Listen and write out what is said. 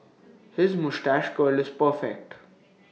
his moustache curl is perfect